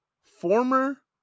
Former